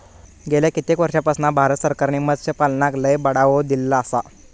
गेल्या कित्येक वर्षापासना भारत सरकारने मत्स्यपालनाक लय बढावो दिलेलो आसा